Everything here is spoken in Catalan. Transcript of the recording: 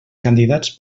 candidats